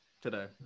today